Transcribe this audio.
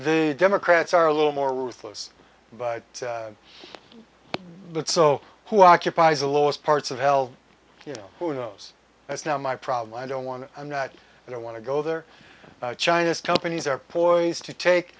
the democrats are a little more ruthless but that's so who occupies the lowest parts of hell yeah who knows that's not my problem i don't want to i'm not and i want to go there china's companies are poised to take